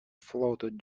floated